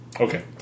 Okay